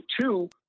two